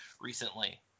recently